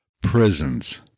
prisons